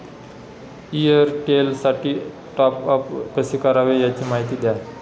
एअरटेलसाठी टॉपअप कसे करावे? याची माहिती द्या